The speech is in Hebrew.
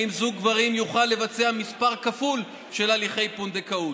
האם זוג גברים יוכל לבצע מספר כפול של הליכי פונדקאות?